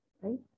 right